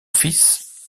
fils